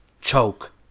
choke